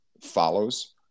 follows